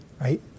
right